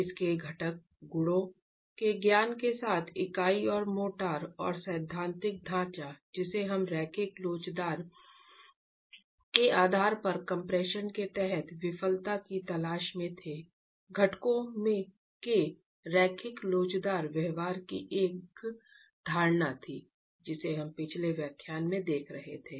इसके घटक गुणों के ज्ञान के साथ इकाई और मोर्टार और सैद्धांतिक ढांचा जिसे हम रैखिक लोचदार के आधार पर कम्प्रेशन के तहत विफलता की तलाश में थे घटकों के रैखिक लोचदार व्यवहार की एक धारणा थी जिसे हम पिछले व्याख्यान में देख रहे थे